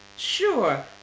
Sure